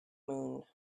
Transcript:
moon